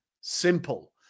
Simple